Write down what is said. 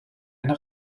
eine